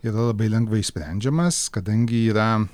yra labai lengvai išsprendžiamas kadangi yra